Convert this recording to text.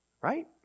right